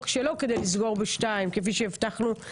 שלו כדי לסגור בשעה 14:00 כפי שהבטחנו.